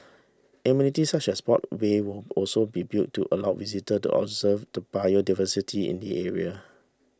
amenities such as boardwalks will also be built to allow visitors to observe the biodiversity in the area